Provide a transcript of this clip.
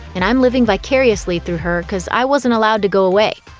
and i'm living vicariously through her cause i wasn't allowed to go away.